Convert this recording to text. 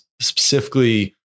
Specifically